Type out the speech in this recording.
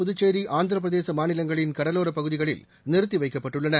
புதுச்சேி ஆந்திரபிரதேச மாநிலங்களின் கடலோர பகுதிகளில் நிறுத்தி வைக்கப்பட்டுள்ளன